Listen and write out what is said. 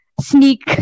sneak